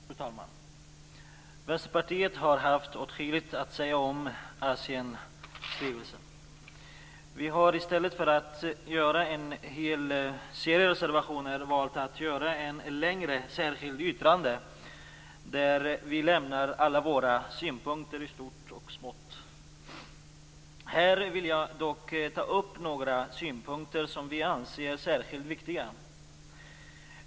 Fru talman! Vänsterpartiet har haft åtskilligt att säga om Asienskrivelsen. Men i stället för att göra en hel serie av reservationer har vi valt att avge ett längre särskilt yttrande där vi lämnar alla våra synpunkter i stort och smått. Här vill jag dock ta upp några synpunkter som vi anser är särskilt viktiga.